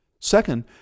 Second